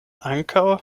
ankaŭ